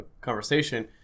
conversation